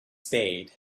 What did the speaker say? spade